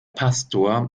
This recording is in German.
pastor